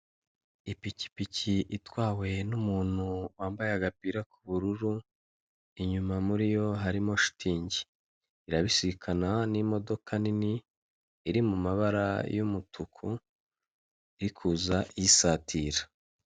Kigali Kibagabaga hari inzu ikodeshwa ifite ibyumba bitanu. Ikodeshwa mu madolari magana abiri na mirongo ine, mu gihe kingana n'ukwezi kumwe konyine.